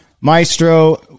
Maestro